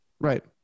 Right